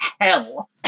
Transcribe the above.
hell